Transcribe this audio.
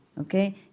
okay